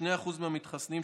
כ-2% מהמתחסנים,